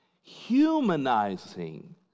humanizing